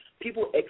People